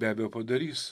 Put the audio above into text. be abejo padarys